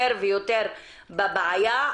יותר ויותר בבעיה.